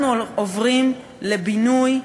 אנחנו עוברים לבינוי,